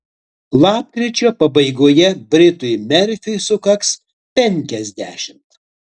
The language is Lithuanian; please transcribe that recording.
lapkričio pabaigoje britui merfiui sukaks penkiasdešimt